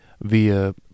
via